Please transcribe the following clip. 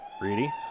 Reedy